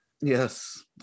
Yes